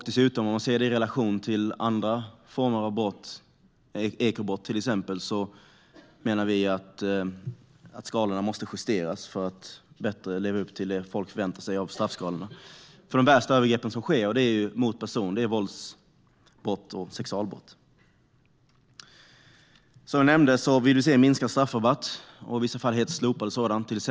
I relation till andra typer av brott, till exempel ekobrott, måste straffskalorna justeras för att bättre leva upp till det folk förväntar sig. De värsta övergrepp som sker är ju de som begås mot personer. Det är vålds och sexualbrott. Som jag nämnde vill vi se en minskad och i vissa fall helt slopad straffrabatt.